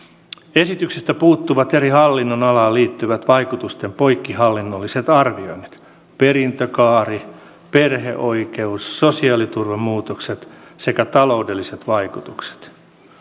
esityksestä puuttuvat eri hallinnonalaan liittyvät vaikutusten poikkihallinnolliset arvioinnit perintökaari perheoikeus sosiaaliturvamuutokset sekä taloudelliset vaikutukset